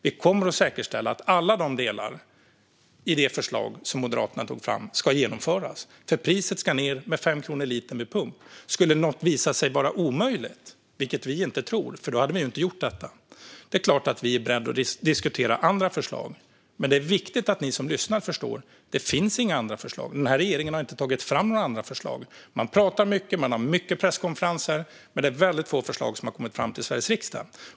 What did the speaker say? Vi kommer att säkerställa att alla delar i det förslag som Moderaterna tog fram ska genomföras. Priset ska ned med 5 kronor per liter vid pump. Det är klart att vi är beredda att diskutera andra förslag om något skulle visa sig vara omöjligt, vilket vi inte tror. Då hade vi inte gjort detta. Men det är viktigt att ni som lyssnar förstår att det inte finns några andra förslag. Den här regeringen har inte tagit fram några andra förslag. Man pratar mycket, och man har många presskonferenser. Men det har kommit väldigt få förslag till Sveriges riksdag.